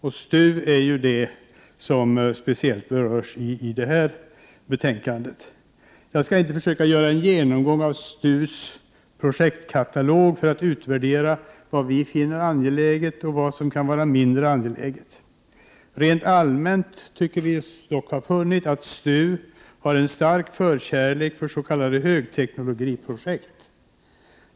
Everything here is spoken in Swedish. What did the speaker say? Det är ju STU som speciellt berörs i det här betänkandet. Jag skall inte försöka göra någon genomgång av STU:s projektkatalog för att utvärdera vad vi finner angeläget och vad som kan vara mindre angeläget. Rent allmänt tycker vi oss dock ha funnit att STU har en stark förkärlek för s.k. högteknologiprojekt.